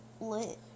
lit